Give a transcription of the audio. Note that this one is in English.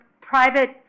private